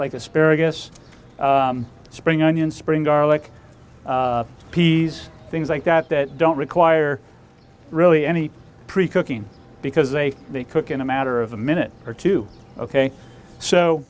like asparagus spring onion spring garlic peas things like that that don't require really any pre cooking because they cook in a matter of a minute or two ok so